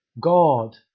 God